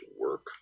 work